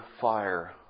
fire